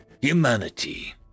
humanity